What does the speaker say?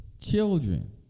Children